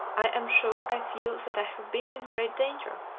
i am sure i feel that i have been in great danger,